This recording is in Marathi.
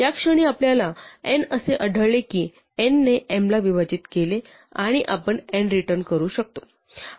या क्षणी आपल्याला n असे आढळले की n ने m ला विभाजित केले आणि आपण n रिटर्न करू शकतो